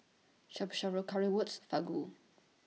Shabu Shabu Currywurst Fugu